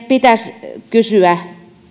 pitäisi kysyä